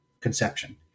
conception